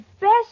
best